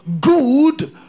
Good